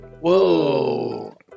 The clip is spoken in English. Whoa